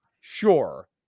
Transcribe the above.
sure